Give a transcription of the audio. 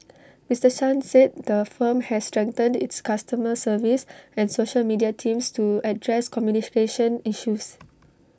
Mister chan said the firm has strengthened its customer service and social media teams to address communication issues